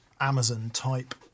Amazon-type